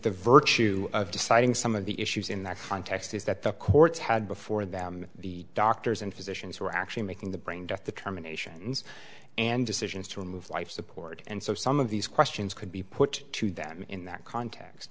the virtue of deciding some of the issues in that context is that the courts had before them the doctors and physicians were actually making the brain death the terminations and decisions to remove life support and so some of these questions could be put to them in that context